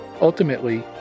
Ultimately